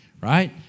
right